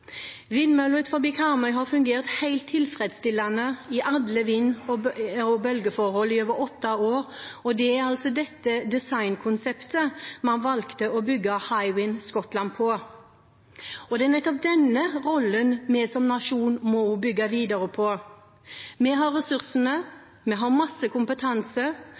Vindmøller utenfor Karmøy har fungert helt tilfredsstillende i alle vind- og bølgeforhold i over åtte år, og det er dette designkonseptet vi valgte å bygge Hywind Scotland på. Det er nettopp denne rollen vi som nasjon må bygge videre på. Vi har ressursene, vi har masse kompetanse,